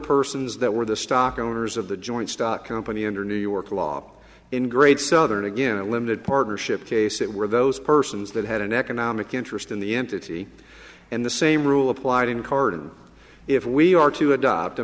persons that were the stock owners of the joint stock company under new york law in great southern again a limited partnership case it were those persons that had an economic interest in the entity and the same rule applied in card if we are to adopt a